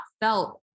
felt